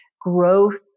growth